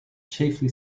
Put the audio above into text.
chiefly